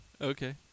Okay